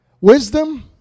Wisdom